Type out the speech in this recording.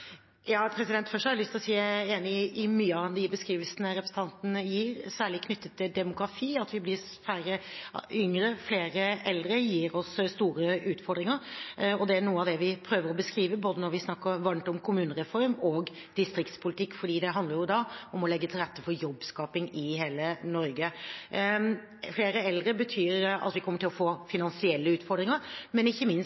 Først har jeg lyst til å si at jeg er enig i mye av de beskrivelsene representanten gir, særlig knyttet til demografi. At vi blir færre yngre og flere eldre, gir oss store utfordringer, og det er noe av det vi prøver å beskrive når vi snakker varmt om både kommunereform og distriktspolitikk, fordi det handler om å legge til rette for jobbskaping i hele Norge. Flere eldre betyr at vi kommer til å få finansielle utfordringer, men ikke minst